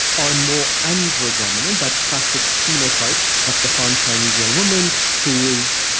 are more andro-dominant, that classic phenotype of the han chinese young woman who is.